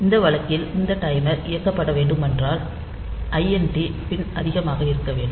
இந்த வழக்கில் இந்த டைமர் இயக்கப்படவேண்டுமென்றால் ஐஎன்டி பின் அதிகமாக இருக்க வேண்டும்